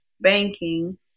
banking